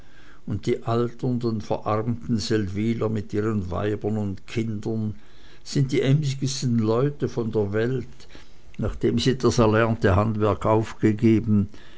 und die alternden verarmten seldwyler mit ihren weibern und kindern sind die emsigsten leutchen von der welt nachdem sie das erlernte handwerk aufgegeben